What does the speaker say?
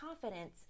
confidence